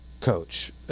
coach